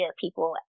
people